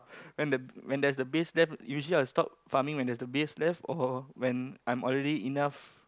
when the when there's the base left usually I will stop farming when there's the base left or when I'm already enough